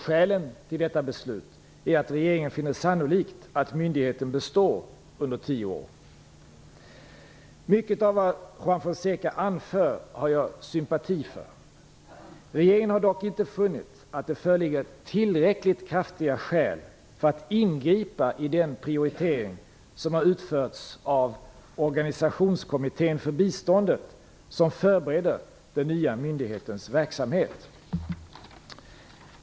Skälen till detta beslut är att regeringen finner sannolikt att myndigheten består under tio år. Mycket av vad Juan Fonseca anfört har jag sympati för. Regeringen har dock inte funnit att det föreligger tillräckligt kraftiga skäl för att ingripa i den prioritering som har utförts av organisationskommittén för biståndet som förbereder den nya myndighetens verksamhet.